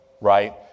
Right